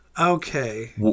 Okay